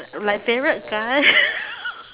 my favourite guy